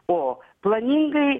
o planingai